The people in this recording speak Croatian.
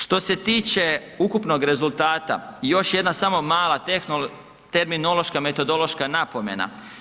Što se tiče ukupnog rezultata, još jedna samo mala terminološka, metodološka napomena.